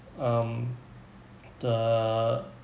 um the